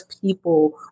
people